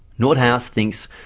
nordhaus thinks,